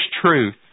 truth